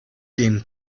dem